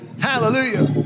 hallelujah